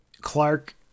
Clark